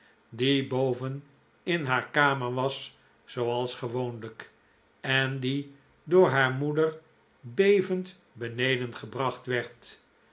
die boven in haar kamer was zooals gewoonlijk en die door haar moeder bevend beneden gebracht werd